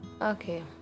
Okay